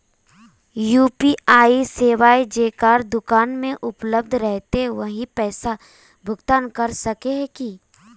UPI सेवाएं जेकरा दुकान में उपलब्ध रहते वही पैसा भुगतान कर सके है की?